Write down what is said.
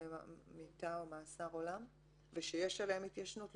מיתה או מאסר עולם ויש עליהן התיישנות?